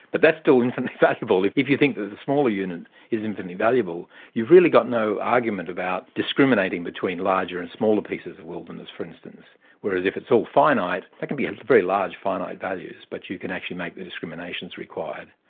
but that's still infinitely valuable, if if you think that the smaller unit is infinitely valuable, you've really got no argument about discriminating between larger and smaller pieces of wilderness, for instance whereas it it's all finite, that can be a very large finite values, but you can actually make the discriminations required.